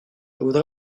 voudrais